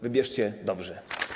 Wybierzcie dobrze.